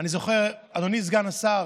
אדוני סגן השר,